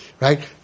Right